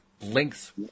Links